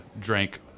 drank